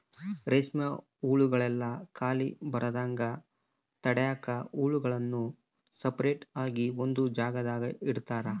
ರೇಷ್ಮೆ ಹುಳುಗುಳ್ಗೆ ಖಾಲಿ ಬರದಂಗ ತಡ್ಯಾಕ ಹುಳುಗುಳ್ನ ಸಪರೇಟ್ ಆಗಿ ಒಂದು ಜಾಗದಾಗ ಇಡುತಾರ